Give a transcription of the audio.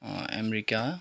America